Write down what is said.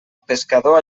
pescador